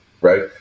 right